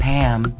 Pam